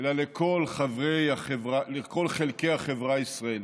אלא לכל חלקי החברה הישראלית.